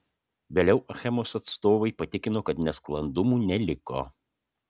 vėliau achemos atstovai patikino kad nesklandumų neliko